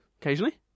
occasionally